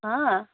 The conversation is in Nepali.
हाँ